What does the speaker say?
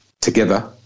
together